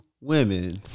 women